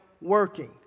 working